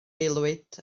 aelwyd